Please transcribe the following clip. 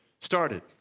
started